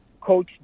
coach